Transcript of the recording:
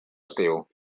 estiu